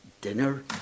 Dinner